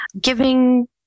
giving